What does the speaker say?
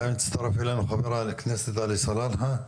הצטרף אלינו חבר הכנסת עלי סלאלחה.